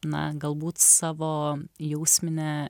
na galbūt savo jausminę